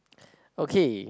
okay